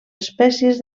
espècies